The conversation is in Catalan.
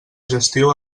gestió